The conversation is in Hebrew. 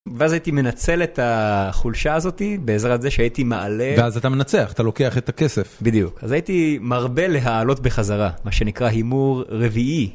ואז הייתי מנצל את החולשה הזאת בעזרת זה שהייתי מעלה ואז אתה מנצח אתה לוקח את הכסף בדיוק אז הייתי מרבה להעלות בחזרה מה שנקרא הימור רביעי.